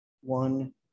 one